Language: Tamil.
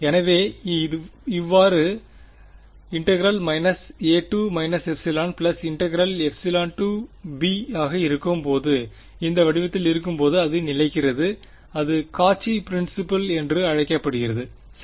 எனவே இது இவ்வாறு a bஇருக்கும் போதுஇந்த வடிவத்தில் இருக்கும்போது அது நிலைக்கிறது அது காச்சி ப்ரின்சிபிள் என்று அழைக்கப்படுகிறது சரி